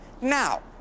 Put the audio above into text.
Now